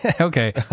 Okay